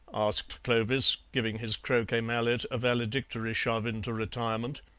asked clovis, giving his croquet mallet a valedictory shove into retirement.